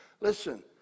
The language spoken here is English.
Listen